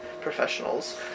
professionals